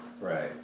right